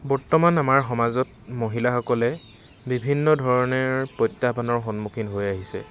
বৰ্তমান আমাৰ সমাজত মহিলা সকলে বিভিন্ন ধৰণে প্ৰত্যাহ্বানৰ সন্মুখীন হৈ আহিছে